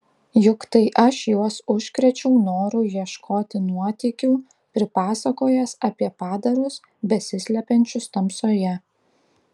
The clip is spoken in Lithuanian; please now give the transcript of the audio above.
juk tai aš juos užkrėčiau noru ieškoti nuotykių pripasakojęs apie padarus besislepiančius tamsoje